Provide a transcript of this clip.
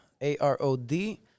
A-R-O-D